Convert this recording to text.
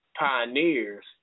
pioneers